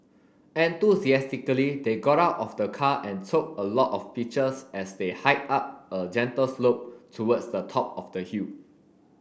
enthusiastically they got out of the car and took a lot of pictures as they hiked up a gentle slope towards the top of the hill